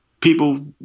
people